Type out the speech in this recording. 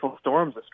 storms